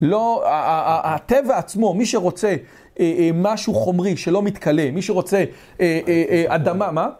לא, הטבע עצמו, מי שרוצה משהו חומרי שלא מתקלה, מי שרוצה אדמה, מה?